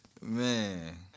Man